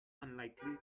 unlikely